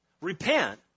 repent